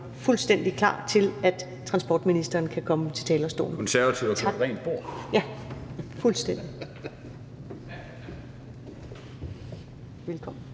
fuldstændig klar til, at transportministeren kan komme på talerstolen.